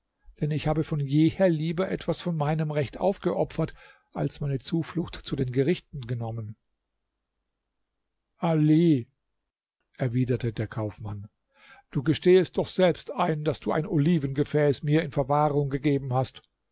denn ich habe von jeher lieber etwas von meinem recht aufgeopfert als meine zuflucht zu den gerichten genommen ali erwiderte der kaufmann du gestehest doch selbst ein daß du ein olivengefäß mir in verwahrung gegeben hast